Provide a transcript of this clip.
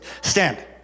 Stand